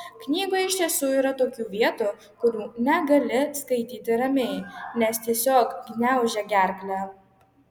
knygoje iš tiesų yra tokių vietų kurių negali skaityti ramiai nes tiesiog gniaužia gerklę